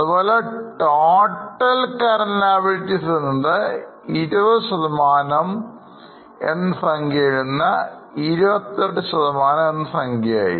അങ്ങനെ total current liabilities എന്നതു 20 എന്നതിൽനിന്ന് 28 ശതമാനം എന്നസംഖ്യ യായി